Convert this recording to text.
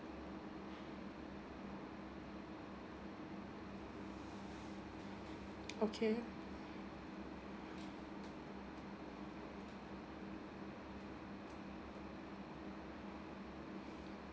okay